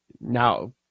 now